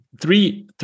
Three